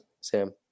Sam